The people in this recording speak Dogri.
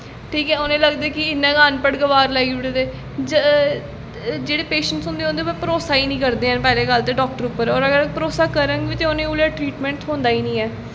ठीक ऐ उ'नें गी गी लगदा कि इ'यां गै अनपढ़ गवार लाई ओड़े दे जेह्ड़े पेशैंटस होंदे उं'दे पर ते भरोसा गै निं करदे हैन पैह्ली गल्ल डाक्टरें पर ते अगर भरोसा करङन बी ते उ'नें गी ट्रीटमैंट उसलै थ्होंदा गै निं ऐ